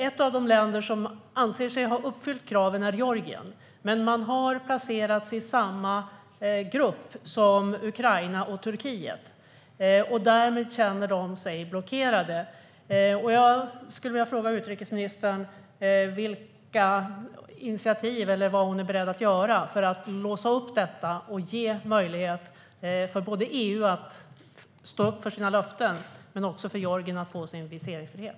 Ett av de länder som anser sig ha uppfyllt kraven är Georgien. Men de har placerats i samma grupp som Ukraina och Turkiet, och därmed känner de sig blockerade. Jag skulle vilja fråga utrikesministern vad hon är beredd att göra för att låsa upp detta och ge möjlighet både för EU att stå upp för sina löften och för Georgien att få sin viseringsfrihet.